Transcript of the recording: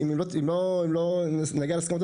אם לא נגיע להסכמות,